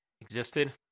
existed